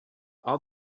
all